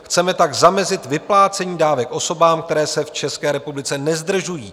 Chceme tak zamezit vyplácení dávek osobám, které se v České republice nezdržují.